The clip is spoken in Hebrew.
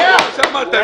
--- בגלל מה שאמרת,